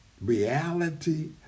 reality